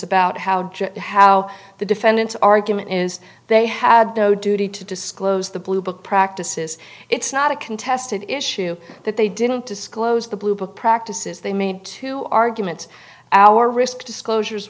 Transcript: about how how the defendants argument is they had no duty to disclose the blue book practices it's not a contested issue that they didn't disclose the bluebook practices they made two arguments our risk disclosure